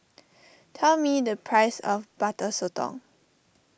tell me the price of Butter Sotong